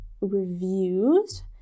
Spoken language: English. reviews